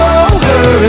over